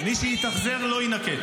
מי שהתאכזר לא יינקה.